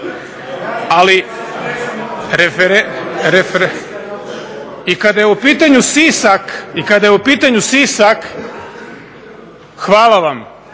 se./… I kada je u pitanju Sisak, hvala vam,